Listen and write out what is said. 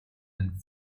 and